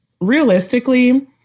realistically